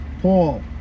Paul